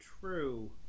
true